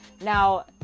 now